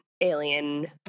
alien